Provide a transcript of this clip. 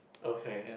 okay